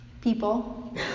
people